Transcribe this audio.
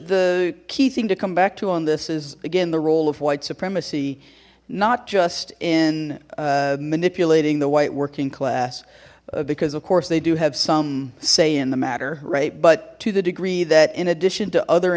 the key thing to come back to on this is again the role of white supremacy not just in manipulating the white working class because of course they do have some say in the matter right but to the degree that in addition to other